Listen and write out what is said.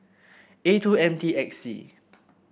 A two M T X C